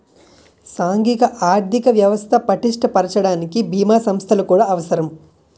సాంఘిక ఆర్థిక వ్యవస్థ పటిష్ట పరచడానికి బీమా సంస్థలు కూడా అవసరం